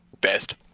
Best